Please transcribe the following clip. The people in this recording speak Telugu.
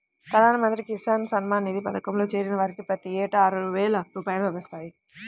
ప్రధాన మంత్రి కిసాన్ సమ్మాన్ నిధి పథకంలో చేరిన వారికి ప్రతి ఏటా ఆరువేల రూపాయలు లభిస్తాయి